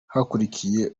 hakurikiyeho